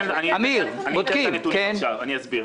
אציג את הנתונים עכשיו ואסביר.